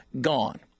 gone